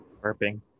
Burping